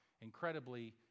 incredibly